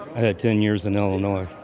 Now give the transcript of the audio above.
had ten years in illinois,